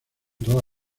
toda